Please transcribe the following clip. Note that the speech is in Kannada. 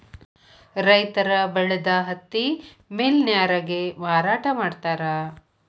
ರೈತರ ಬೆಳದ ಹತ್ತಿ ಮಿಲ್ ನ್ಯಾರಗೆ ಮಾರಾಟಾ ಮಾಡ್ತಾರ